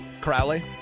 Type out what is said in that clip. Crowley